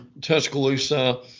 Tuscaloosa